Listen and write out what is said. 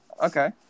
Okay